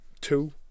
two